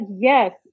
yes